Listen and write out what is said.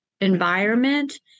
environment